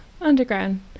underground